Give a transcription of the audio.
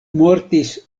mortis